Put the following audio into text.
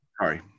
Sorry